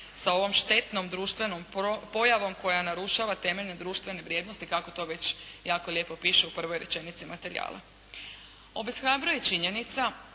sa ovom štetnom društvenom pojavom koja narušava temeljne društvene vrijednosti kako to već jako lijepo piše u prvoj rečenici materijala. Obeshrabruje činjenica